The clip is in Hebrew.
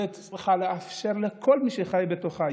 וצריכה לאפשר לכל מי שחי בתוכה,